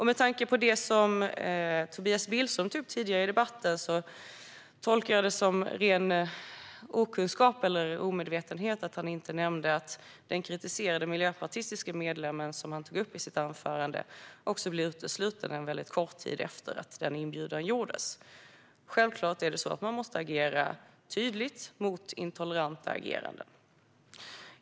Med tanke på det som Tobias Billström tog upp tidigare i debatten tolkar jag det som ren okunskap eller omedvetenhet att han inte nämnde att den kritiserade miljöpartistiska medlemmen också blev utesluten en kort tid efter att inbjudan gjordes. Självklart måste man agera tydligt mot intoleranta ageranden.